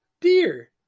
dear